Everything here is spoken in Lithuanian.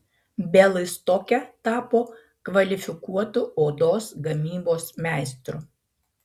bialystoke tapo kvalifikuotu odos gamybos meistru